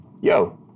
Yo